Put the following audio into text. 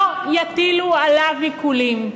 לא יטילו עליו עיקולים.